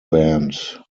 band